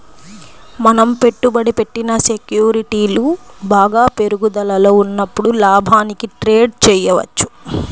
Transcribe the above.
మనం పెట్టుబడి పెట్టిన సెక్యూరిటీలు బాగా పెరుగుదలలో ఉన్నప్పుడు లాభానికి ట్రేడ్ చేయవచ్చు